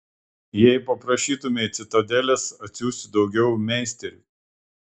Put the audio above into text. jei paprašytumei citadelės atsiųsti daugiau meisterių